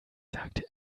sagte